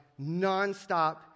nonstop